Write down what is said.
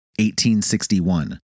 1861